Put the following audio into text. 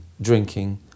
drinking